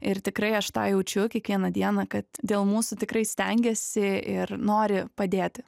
ir tikrai aš tą jaučiu kiekvieną dieną kad dėl mūsų tikrai stengiasi ir nori padėti